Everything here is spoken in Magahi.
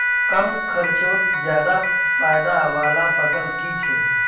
कम खर्चोत ज्यादा फायदा वाला फसल की छे?